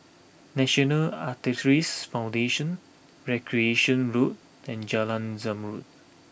National Arthritis Foundation Recreation Road and Jalan Zamrud